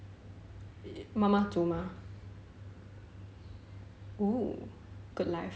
妈妈煮吗 oh good life